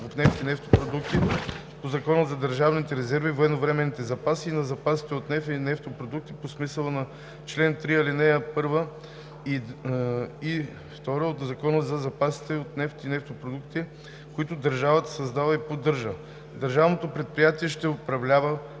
от нефт и нефтопродукти по Закона за държавните резерви и военновременните запаси и на запасите от нефт и нефтопродукти по смисъла на чл. 3, ал. 1 и 2 от Закона за запасите от нефт и нефтопродукти, които държавата създава и поддържа. Държавното предприятие ще управлява,